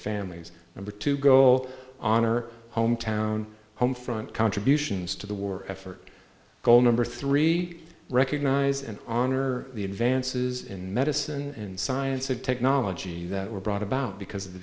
families or to go on or hometown home front contributions to the war effort goal number three recognize and honor the advances in medicine and science and technology that were brought about because of the